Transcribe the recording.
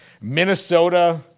Minnesota